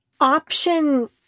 option